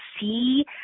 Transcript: see